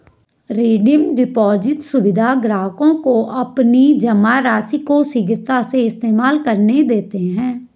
redeem deposit सुविधा ग्राहकों को अपनी जमा राशि को शीघ्रता से इस्तेमाल करने देते है